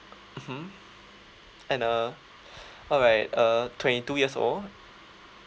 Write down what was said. mmhmm and uh alright uh twenty two years old